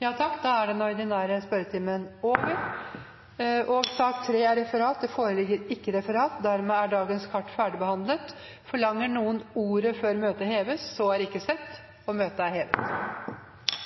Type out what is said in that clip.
Dermed er sak nr. 2 ferdigbehandlet. Det foreligger ikke noe referat. Dermed er dagens kart ferdigbehandlet. Forlanger noen ordet før møtet heves? – Møtet er hevet.